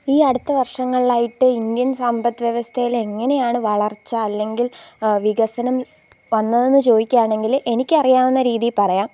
ഈ അടുത്ത വർഷങ്ങളിലായിട്ട് ഇന്ത്യൻ സമ്പത്ത് വ്യവസ്ഥയിലെങ്ങനെയാണ് വളർച്ച അല്ലെങ്കിൽ വികസനം വന്നതെന്നു ചോദിക്കുകയാണെങ്കിൽ എനിക്കറിയാവുന്ന രീതിയിൽ പറയാം